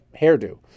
hairdo